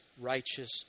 righteous